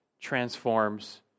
transforms